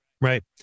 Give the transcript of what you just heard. right